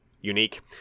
unique